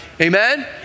Amen